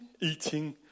eating